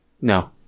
No